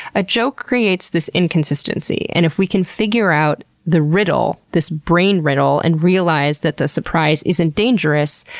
a joke creates this inconsistency and if we can figure out the riddle, this brain riddle, and realize that the surprise isn't dangerous,